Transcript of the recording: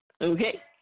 okay